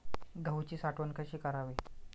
गहूची साठवण कशी करावी?